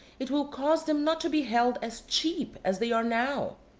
it will cause them not to be held as cheap as they are now.